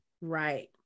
Right